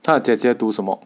他的姐姐读什么